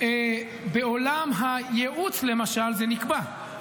בעולם הייעוץ, למשל, זה נקבע.